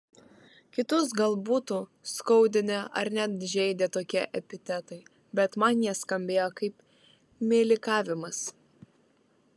kitus gal būtų skaudinę ar net žeidę tokie epitetai bet man jie skambėjo kaip meilikavimas